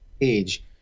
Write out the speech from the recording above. Age